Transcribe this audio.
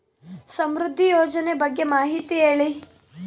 ಸಮೃದ್ಧಿ ಯೋಜನೆ ಬಗ್ಗೆ ಮಾಹಿತಿ ಹೇಳಿ?